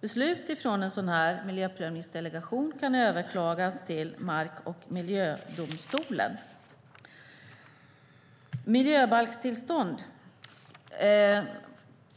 Beslut av en miljöprövningsdelegation kan överklagas till mark och miljödomstolen.